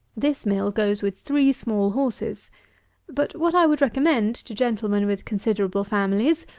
this mill goes with three small horses but what i would recommend to gentlemen with considerable families,